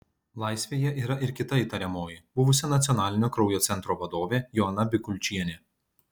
laisvėje yra ir kita įtariamoji buvusi nacionalinio kraujo centro vadovė joana bikulčienė